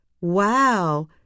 Wow